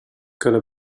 gonna